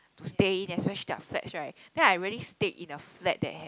to stay in especially flats right then I really stayed in a flat that had